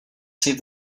save